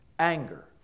anger